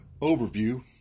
overview